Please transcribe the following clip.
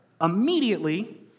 immediately